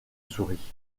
souris